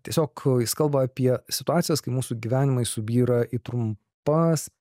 tiesiog jis kalba apie situacijas kai mūsų gyvenimai subyra į trumpas